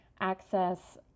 access